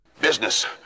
Business